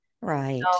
Right